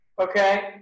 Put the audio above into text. okay